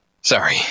Sorry